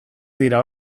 dira